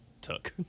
took